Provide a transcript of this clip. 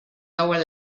lower